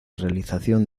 realización